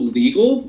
legal